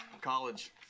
college